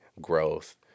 growth